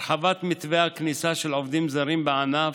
הרחבת מתווה הכניסה של עובדים זרים בענף,